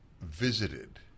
visited